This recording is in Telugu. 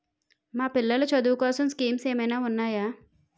మా పిల్లలు చదువు కోసం స్కీమ్స్ ఏమైనా ఉన్నాయా?